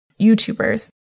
YouTubers